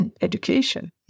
education